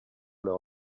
leur